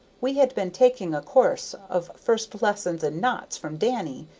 we had been taking a course of first lessons in knots from danny,